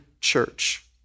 church